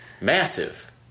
Massive